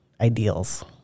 ideals